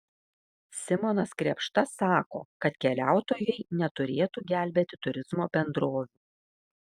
simonas krėpšta sako kad keliautojai neturėtų gelbėti turizmo bendrovių